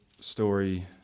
story